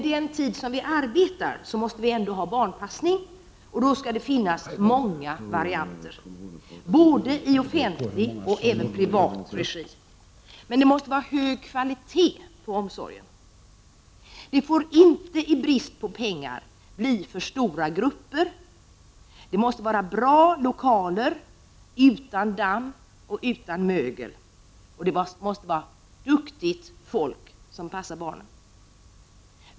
Den tid som vi arbetar måste vi ändå ha barnpassning, och då skall det finnas många varianter både i offentlig och i privat regi. Men det måste vara hög kvalitet på omsorgen. Vi får inte i brist på pengar ha för stora grupper. Det måste vara bra lokaler utan damm och utan mögel, och det måste vara duktigt folk som passar barnen.